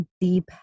deep